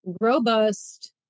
robust